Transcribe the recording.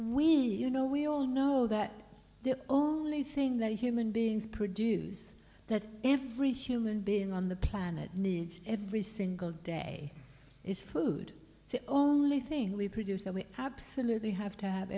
we you know we all know that they're only thing that human beings produce that every human being on the planet needs every single day is food the only thing we produce that we absolutely have to have